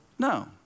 No